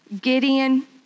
Gideon